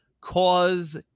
cause